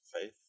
faith